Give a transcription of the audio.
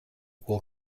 will